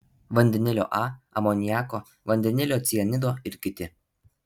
vandenilio a amoniako vandenilio cianido ir kiti